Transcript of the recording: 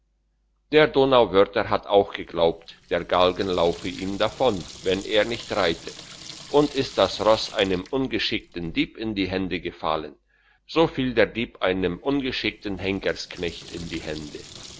der donauwörther hat auch geglaubt der galgen laufe ihm davon wenn er nicht reite und ist das ross einem ungeschickten dieb in die hände gefallen so fiel der dieb einem ungeschickten henkersknecht in die hände